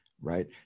right